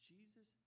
Jesus